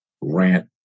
rant